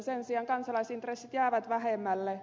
sen sijaan kansalaisintressit jäävät vähemmälle